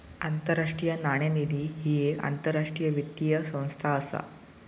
आंतरराष्ट्रीय नाणेनिधी ही येक आंतरराष्ट्रीय वित्तीय संस्था असा